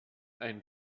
ein